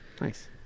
Nice